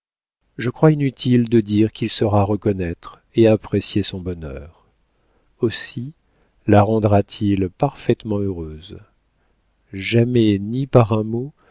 je crois inutile de dire qu'il saura reconnaître et apprécier son bonheur aussi la rendra-t-il parfaitement heureuse jamais ni par un mot